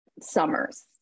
Summers